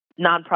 nonprofit